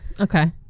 okay